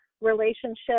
relationship